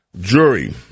Jury